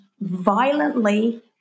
violently